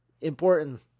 important